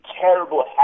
terrible